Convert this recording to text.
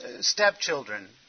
stepchildren